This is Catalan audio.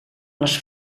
les